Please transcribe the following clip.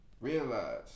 Realize